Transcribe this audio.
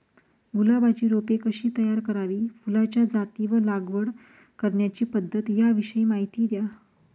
गुलाबाची रोपे कशी तयार करावी? फुलाच्या जाती व लागवड करण्याची पद्धत याविषयी माहिती द्या